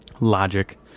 Logic